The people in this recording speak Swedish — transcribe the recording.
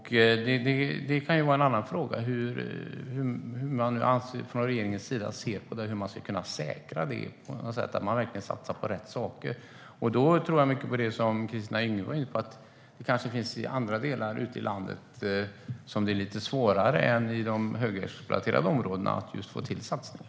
En annan fråga är hur man från regeringens sida ser på hur man ska kunna säkra att man verkligen satsar på rätt saker. Då tror jag mycket på det som Kristina Yngwe var inne på, att det kanske i andra delar ute i landet är lite svårare än i de högexploaterade områdena att få till satsningar.